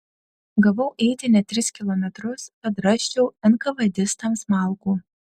gavau eiti net tris kilometrus kad rasčiau enkavedistams malkų